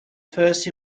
first